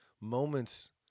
moments